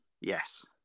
Yes